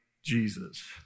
Jesus